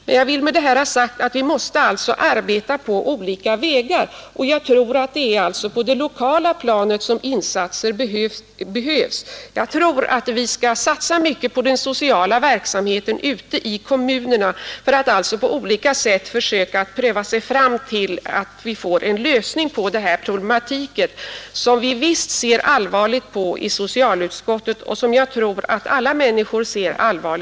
Med detta vill jag ha sagt att vi måste arbeta på olika vägar och att det först och främst behövs insatser på det lokala planet. Vi skall satsa mycket på den sociala verksamheten ute i kommunerna för att på olika vägar pröva oss fram till en lösning av problemen. Det är problem som alla människor ser allvarligt på, och det gör även ledamöterna i socialutskottet. Fru talman!